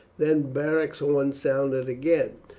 then beric's horn sounded again,